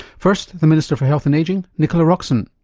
first, the minister for health and ageing nicola roxon.